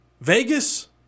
Vegas